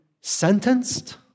sentenced